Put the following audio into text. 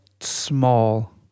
small